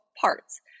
parts